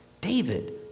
David